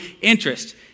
interest